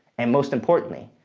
and most importantly,